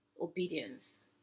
obedience